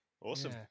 Awesome